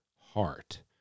heart